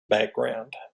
background